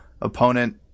opponent